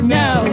no